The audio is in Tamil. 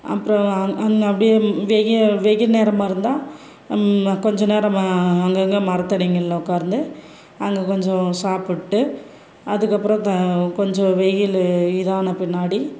அப்புறம் அந்த அப்படியே வெய்ல் வெய்ல் நேரமாக இருந்தால் கொஞ்சம் நேரம் அங்கங்கே மரத்தடிங்களில் உட்கார்ந்து அங்கே கொஞ்சம் சாப்பிட்டு அதுக்கப்புறம் கொஞ்சம் வெயில் இதான பின்னாடி